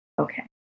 Okay